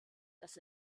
das